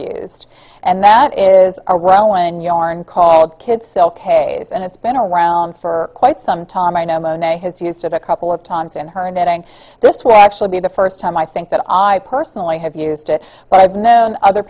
used and that is a well when yarn called kids k s and it's been around for quite some time i know monet has used it a couple of times in her knitting this will actually be the first time i think that i personally have used it but i've known other